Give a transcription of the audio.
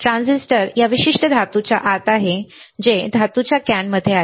transistor या विशिष्ट धातूच्या आत आहे जे धातूच्या कॅनमध्ये आहे